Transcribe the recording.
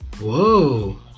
Whoa